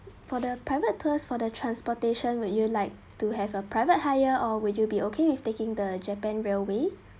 for the private tours for the transportation would you like to have a private hire or would you be okay with taking the japan railway